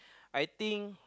I think